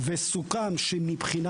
וסוכם שמבחינה